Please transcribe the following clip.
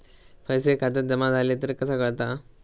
पैसे खात्यात जमा झाले तर कसा कळता?